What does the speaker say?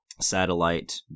satellite